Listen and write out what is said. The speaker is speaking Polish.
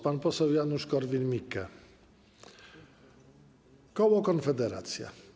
Pan poseł Janusz Korwin-Mikke, koło Konfederacja.